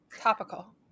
topical